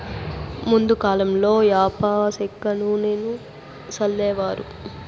ముందు కాలంలో యాప సెక్క నూనెను సల్లేవారు